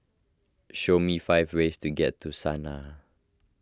show me five ways to get to Sanaa